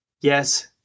Yes